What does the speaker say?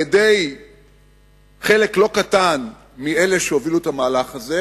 על-ידי חלק לא קטן מאלה שהובילו את המהלך זה